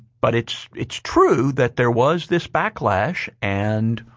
but it's it's true that there was this backlash and